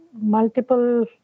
multiple